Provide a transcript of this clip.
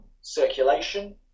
circulation